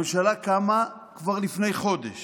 הממשלה קמה כבר לפני חודש,